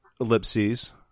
ellipses